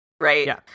right